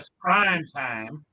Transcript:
primetime